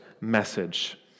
message